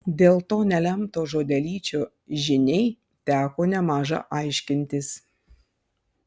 dėl to nelemto žodelyčio žiniai teko nemaža aiškintis